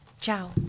Ciao